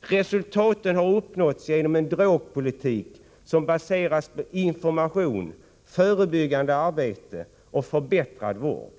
Resultaten har uppnåtts genom en drogpolitik som baseras på information, förebyggande arbete och förbättrad vård.